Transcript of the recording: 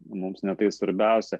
mums ne tai svarbiausia